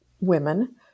women